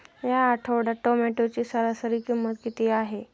या आठवड्यात टोमॅटोची सरासरी किंमत किती आहे?